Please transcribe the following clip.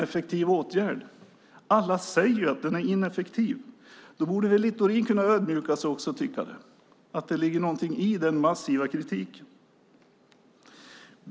Alla säger att den är ineffektiv. Då borde Littorin kunna ödmjuka sig och se att det ligger något i den massiva kritiken.